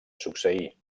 succeir